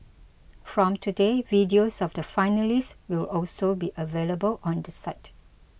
from today videos of the finalists will also be available on the site